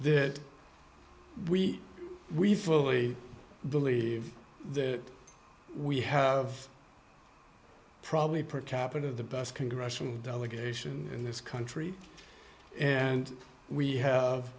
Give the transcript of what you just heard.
that we we fully believe that we have probably per capita the best congressional delegation in this country and we have